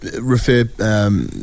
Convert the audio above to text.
refer